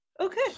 okay